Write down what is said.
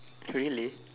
really